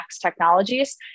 Technologies